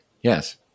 Yes